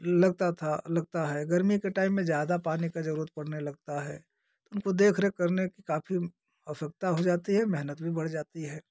लगता था लगता है गर्मी के टाइम में ज़्यादा पानी का जरूरत पड़ने लगता है उनको देख रेख करने कि काफी आवश्यकता हो जाती है मेहनत भी बढ़ जाती है